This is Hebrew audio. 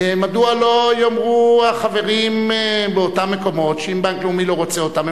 מדוע לא יאמרו החברים באותם מקומות שאם בנק לאומי לא רוצה אותם,